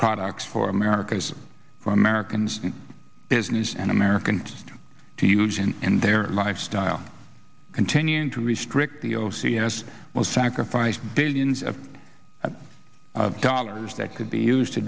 products for america's for americans business and americans to use and their lifestyle continuing to restrict the o c s was sacrificed billions of dollars that could be used to